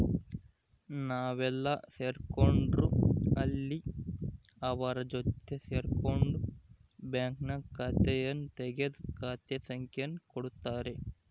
ನಾವೆಲ್ಲೇ ಸೇರ್ಕೊಂಡ್ರು ಅಲ್ಲಿ ಅವರ ಜೊತೆ ಸೇರ್ಕೊಂಡು ಬ್ಯಾಂಕ್ನಾಗ ಖಾತೆಯನ್ನು ತೆಗೆದು ಖಾತೆ ಸಂಖ್ಯೆಯನ್ನು ಕೊಡುತ್ತಾರೆ